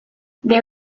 they